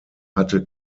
hatte